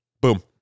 Boom